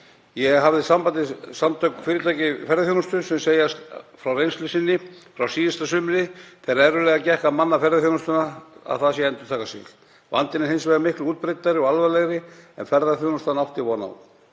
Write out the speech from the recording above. Ég hafði samband við Samtök fyrirtækja í ferðaþjónustu sem segja frá reynslu sinni frá síðasta sumri þegar erfiðlega gekk að manna ferðaþjónustuna og að það sé að endurtaka sig. Vandinn er hins vegar miklu útbreiddari og alvarlegri en ferðaþjónustan átti von á.